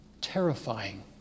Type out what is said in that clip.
terrifying